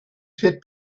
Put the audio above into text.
pit